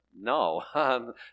No